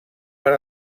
per